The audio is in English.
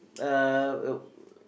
uh